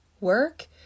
work